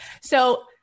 So-